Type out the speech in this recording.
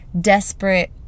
desperate